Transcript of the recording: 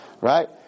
Right